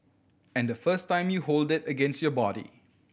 and the first time you hold it against your body